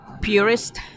purist